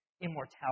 immortality